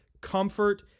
comfort